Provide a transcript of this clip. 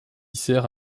sert